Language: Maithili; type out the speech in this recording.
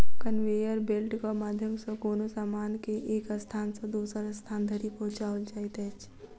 कन्वेयर बेल्टक माध्यम सॅ कोनो सामान के एक स्थान सॅ दोसर स्थान धरि पहुँचाओल जाइत अछि